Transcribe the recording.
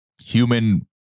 human